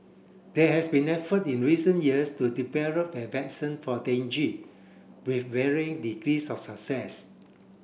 there has been effort in recent years to a for with varying degrees of success